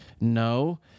no